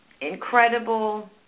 incredible